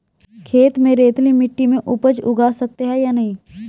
खेत में रेतीली मिटी में उपज उगा सकते हैं या नहीं?